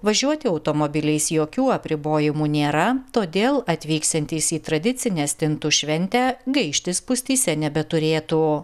važiuoti automobiliais jokių apribojimų nėra todėl atvyksiantys į tradicinę stintų šventę gaišti spūstyse nebeturėtų